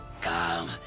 Come